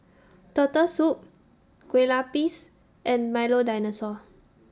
Turtle Soup Kueh Lapis and Milo Dinosaur